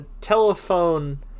telephone